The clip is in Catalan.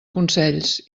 consells